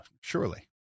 surely